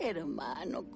Hermano